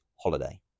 holiday